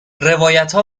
روایتها